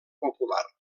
popular